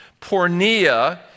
Pornea